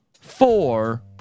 four